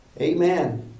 Amen